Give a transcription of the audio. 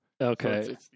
Okay